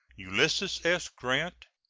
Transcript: ulysses s. grant,